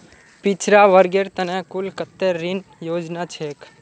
पिछड़ा वर्गेर त न कुल कत्ते ऋण योजना छेक